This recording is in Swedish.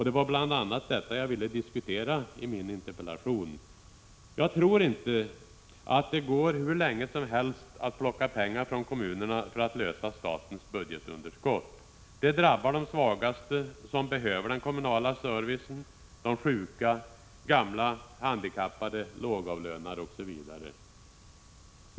Det var bl.a. detta jag ville diskutera i min interpellation. Jag tror inte att det går hur länge som helst att plocka pengar från kommunerna för att lösa statens budgetunderskott. Det drabbar de svagaste som behöver den kommunala servicen, de sjuka, gamla, handikappade, lågavlönade osv.